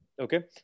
Okay